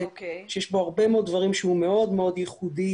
שיש בו הרבה מאוד דברים שהוא מאוד מאוד ייחודי.